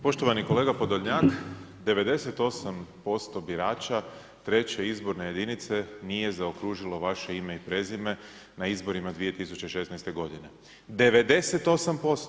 Poštovani kolega Podolnjak 98% birača 3. izborne jedinice nije zaokružilo vaše ime i prezime na izborima 2016. godine, 98%